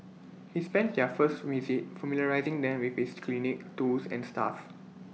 he spends their first visit familiarising them with his clinic tools and staff